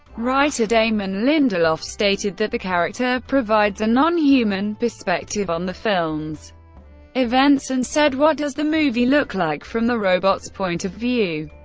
writer damon lindelof stated that the character provides a non-human perspective on the film's events, and said, what does the movie look like from the robot's point of view?